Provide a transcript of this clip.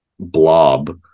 blob